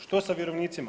Što sa vjerovnicima?